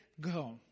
go